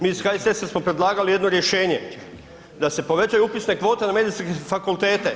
Mi iz HSS-a smo predlagali jedno rješenje da se povećaju upisne kvote na medicinske fakultete.